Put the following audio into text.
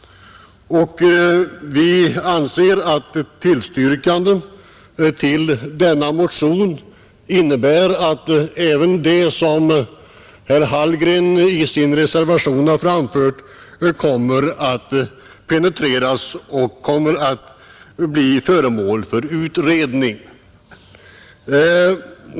Vi anser att ett tillstyrkande av denna motion innebär att även det som herr Hallgren i sin reservation har framfört kommer att penetreras och bli föremål för utredning.